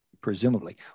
presumably